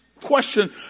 question